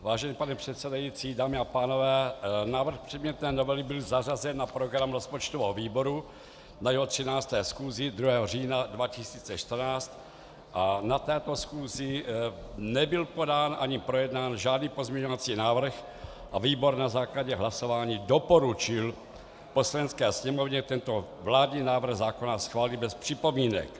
Vážený pane předsedající, dámy a pánové, návrh předmětné novely byl zařazen na program rozpočtového výboru na jeho 13. schůzi 2. října 2014 a na této schůzi nebyl podán ani projednán žádný pozměňovací návrh a výbor na základě hlasování doporučil Poslanecké sněmovně tento vládní návrh zákona schválit bez připomínek.